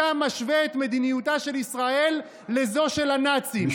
אתה משווה את מדיניותה של ישראל לזו של הנאצים.